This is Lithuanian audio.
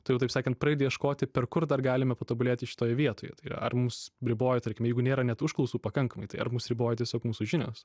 tu jau taip sakant pradedi ieškoti per kur dar galime patobulėti šitoje vietoje tai ar mūsų riboja tarkim jeigu nėra net užklausų pakankamai tai ar mus riboja tiesiog mūsų žinios